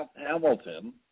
Hamilton